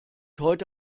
heute